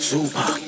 Super